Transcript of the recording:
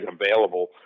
available